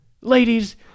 Ladies